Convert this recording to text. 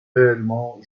réellement